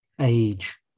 Age